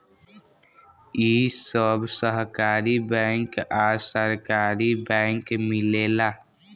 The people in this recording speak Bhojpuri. इ सब सहकारी बैंक आ सरकारी बैंक मिलेला